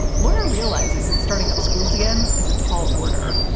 laura realizes that starting up schools again is a tall order.